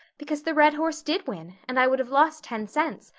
because the red horse did win, and i would have lost ten cents.